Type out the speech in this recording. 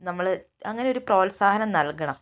നമ്മള് അങ്ങനെയൊരു പ്രോത്സാഹനം നൽകണം